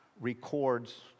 records